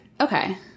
Okay